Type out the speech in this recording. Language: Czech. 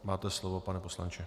Máte slovo, pane poslanče.